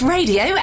Radio